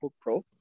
pro